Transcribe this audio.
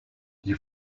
die